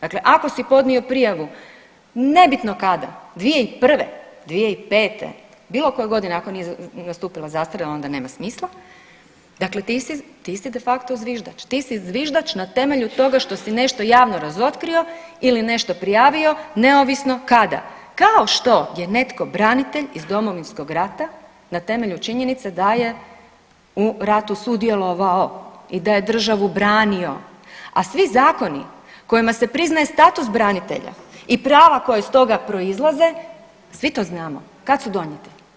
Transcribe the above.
Dakle, ako si podnio prijavu nebitno kada 2001., 2005. bilo koje godine ako nije nastupila zastara onda nema smisla, dakle ti si de facto zviždač, ti si zviždač na temelju toga što si nešto javno razotkrio ili nešto prijavio neovisno kada, kao što je netko branitelj iz Domovinskog rata na temelju činjenice da je u ratu sudjelovao i da je državu branio, a svi zakoni kojima se priznaje status branitelja i prava koja iz toga proizlaze svi to znamo, kad su donijeti?